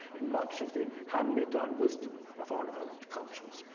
in much of the hand-me-down wisdom of our old cultures,